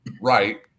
right